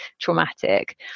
traumatic